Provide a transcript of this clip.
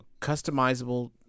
customizable